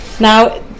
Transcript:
Now